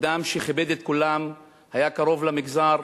אדם שכיבד את כולם, היה קרוב למגזר,